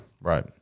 Right